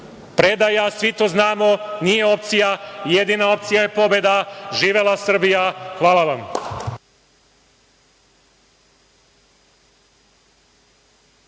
svi to znamo, nije opcija, jedina opcija je pobeda. Živela Srbija! Hvala.